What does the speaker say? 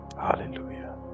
hallelujah